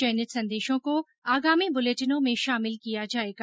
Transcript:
चयनित संदेशों को आगामी बुलेटिनों में शामिल किया जाएगा